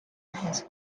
has